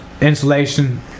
Insulation